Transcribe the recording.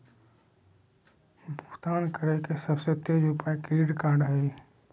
भुगतान करे के सबसे तेज उपाय क्रेडिट कार्ड हइ